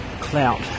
clout